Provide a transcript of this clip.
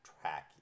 track